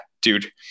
dude